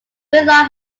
whitlock